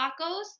tacos